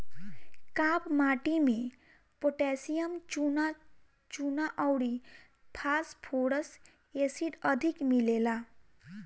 काप माटी में पोटैशियम, चुना, चुना अउरी फास्फोरस एसिड अधिक मिलेला